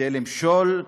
כדי למשול,